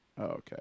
okay